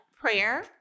Prayer